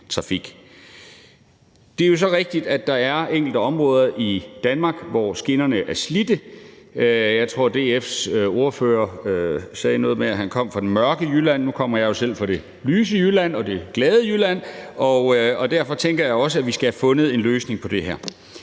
Det er jo så rigtigt, at der er enkelte områder i Danmark, hvor skinnerne er slidte. Jeg tror, at DF's ordfører sagde noget med, at han kom fra det mørke Jylland. Nu kommer jeg jo selv fra det lyse og det glade Jylland, og derfor tænker jeg også, at vi skal have fundet en løsning på det her.